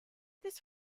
this